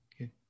Okay